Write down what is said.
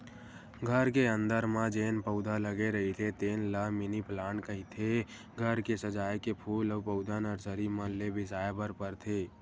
घर के अंदर म जेन पउधा लगे रहिथे तेन ल मिनी पलांट कहिथे, घर के सजाए के फूल अउ पउधा नरसरी मन ले बिसाय बर परथे